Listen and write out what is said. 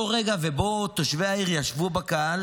אותו רגע שבו תושבי העיר ישבו בקהל,